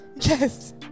Yes